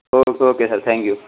okay okay sir thank you